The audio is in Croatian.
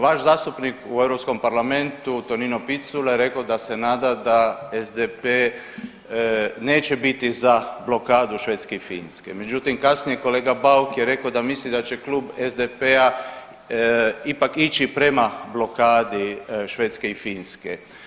Vaš zastupnik u Europskom parlamentu Tonino Picula je rekao da se nada da SDP neće biti za blokadu Švedske i Finske, međutim kasnije kolega Bauk je rekao da misli da će Klub SDP-a ipak ići prema blokadi Švedske i Finske.